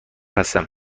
هستم